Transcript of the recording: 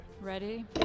Ready